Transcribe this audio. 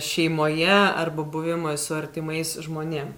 šeimoje arba buvimui su artimais žmonėm